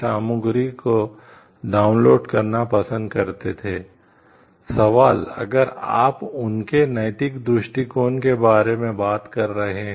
सवाल अगर आप उनके नैतिक दृष्टिकोण के बारे में बात कर रहे हैं